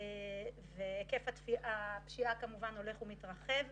היקף הפשיעה הולך ומתרחב.